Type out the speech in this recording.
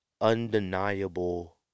undeniable